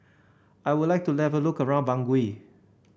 I would like to level look around Bangui